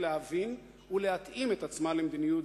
להבין מדיניות זו ולהתאים את עצמה אליה.